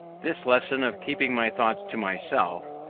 this lesson of keeping my thoughts to myself,